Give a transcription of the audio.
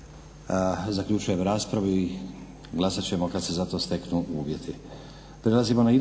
Zaključujem raspravu. Glasat ćemo kad se za to steknu uvjeti.